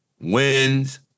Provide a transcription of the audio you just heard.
wins